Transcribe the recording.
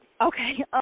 Okay